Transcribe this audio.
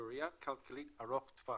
בראייה כלכלית ארוכת טווח.